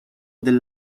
del